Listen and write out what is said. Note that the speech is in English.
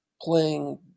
playing